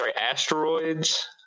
asteroids